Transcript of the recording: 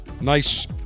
nice